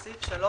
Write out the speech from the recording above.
בסעיף 3